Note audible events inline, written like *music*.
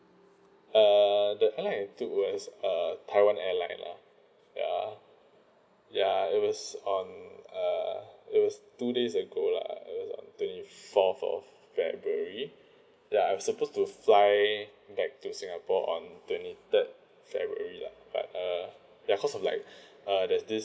err the airline I took was uh taiwan airline lah ya ya it was on uh it was two days ago lah it was on twenty fourth of february ya I've supposed to fly back to singapore on twenty third february lah but uh ya cause of like *breath* uh there's this